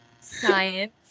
Science